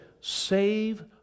save